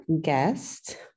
guest